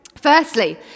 Firstly